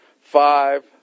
five